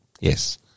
Yes